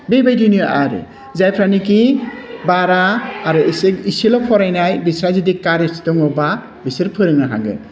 बिबायदिनो आरो जायफ्रानाखि बारा आरो इसे इसेल' फरायनाय बिस्रा जुदि कारेज दङबा बिसोर फोरोंनो हागोन